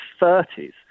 30s